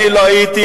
אני לא הייתי,